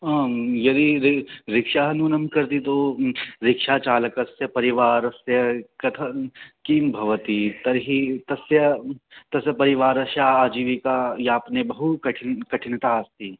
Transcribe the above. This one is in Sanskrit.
आं यदि रि रिक्षा न्यूनं करति तो रिक्षाचालकस्य परिवारस्य कथं किं भवति तर्हि तस्य तस्य परिवारस्य आजीविकायापने बहु कठि कठिनता अस्ति